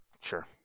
sure